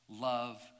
love